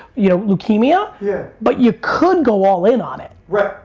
you know, leukemia yeah but you could go all in on it. right.